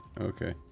Okay